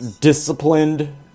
disciplined